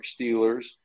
Steelers